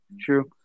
True